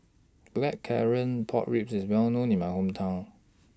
Blackcurrant Pork Ribs IS Well known in My Hometown